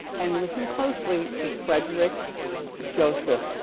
and listen closely, to frederick joseph.